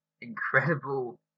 incredible